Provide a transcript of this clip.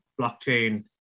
blockchain